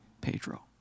Pedro